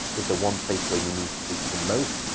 is the one place where you need sleep the most,